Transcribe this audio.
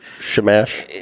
shamash